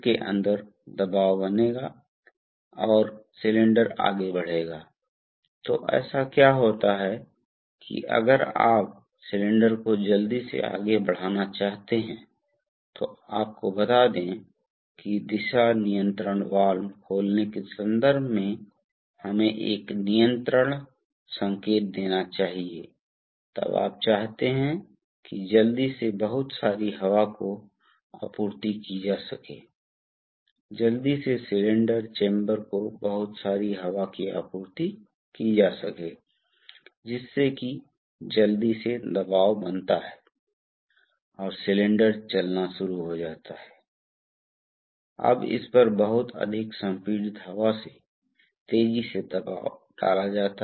तो हमारे पास ओपन लूप तकनीक हो सकती है जहां हम आप ओपन लूप नियंत्रण का उपयोग कर सकते हैं आप ओपन लूप नियंत्रण का उपयोग कर सकते हैं यह हमने नियंत्रण सिद्धांत में अध्ययन किया है कि आपको प्रतिक्रिया की आवश्यकता क्यों है आपको प्रतिक्रिया की आवश्यकता है जब आप जानते हैं कि सिस्टम मॉडल बदला जा सकता है और बहुत सारी अज्ञात गड़बड़ी है इसलिए यदि आपके पास इस प्रकार की स्थितियां हैं तो आप बंद लूप फीडबैक नियंत्रण का उपयोग करते हैं लेकिन एक स्थिति में लेकिन बंद लूप प्रतिक्रिया नियंत्रण के लिए आपको जरूरत है एक महंगी प्रतिक्रिया व्यवस्था की आवश्यकता हो सकती है